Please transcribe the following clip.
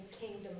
kingdom